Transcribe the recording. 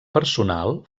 personal